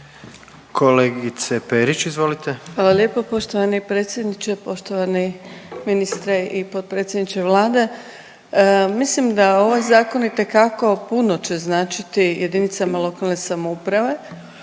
**Perić, Grozdana (HDZ)** Hvala lijepo poštovani predsjedniče. Poštovani ministre i potpredsjedniče Vlade, mislim da ovaj zakon itekako puno će značiti JLS i koliko